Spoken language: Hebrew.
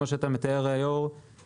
כמו שאתה מתאר היו"ר,